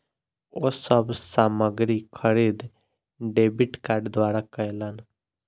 ओ सब सामग्री खरीद डेबिट कार्ड द्वारा कयलैन